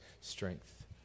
strength